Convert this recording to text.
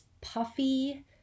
puffy